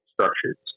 structures